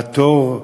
והתור,